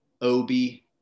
Obi